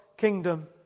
kingdom